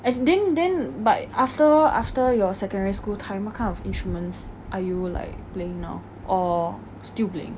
and then then but after after your secondary school time what kind of instruments are you like playing now or still playing